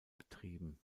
betrieben